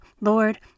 Lord